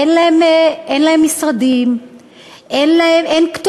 אין להם משרדים, אין כתובת.